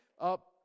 up